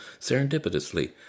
serendipitously